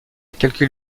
calcul